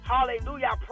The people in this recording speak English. Hallelujah